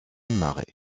marais